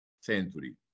century